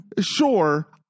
Sure